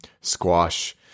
squash